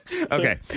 Okay